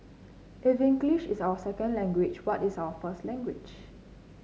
if English is our second language what is our first language